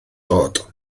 dod